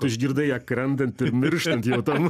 išgirdai ją krentant ir mirštant jau ten